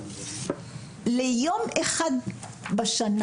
לקבל יום אחד בשנה